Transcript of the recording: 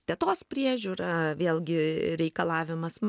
tetos priežiūra vėlgi reikalavimas